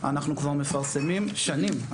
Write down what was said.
אנחנו כבר מפרסמים שנים,